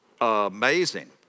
amazing